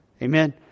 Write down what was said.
Amen